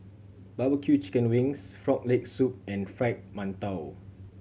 barbecue chicken wings Frog Leg Soup and Fried Mantou